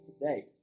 today